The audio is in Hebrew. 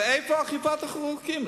ואיפה אכיפת החוקים?